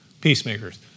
Peacemakers